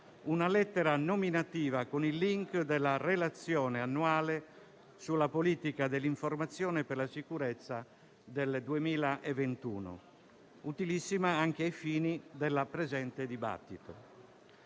una lettera nominativa con il *link* della relazione annuale sulla politica dell'informazione per la sicurezza del 2021, utilissima anche ai fini del presente dibattito.